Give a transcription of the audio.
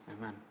Amen